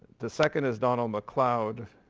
the second is donald macleod.